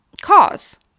cause